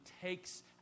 takes